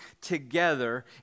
together